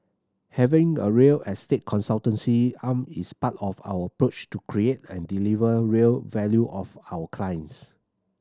having a real estate consultancy arm is part of our approach to create and deliver real value of our clients